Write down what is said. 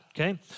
Okay